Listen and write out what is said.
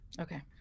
Okay